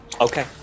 Okay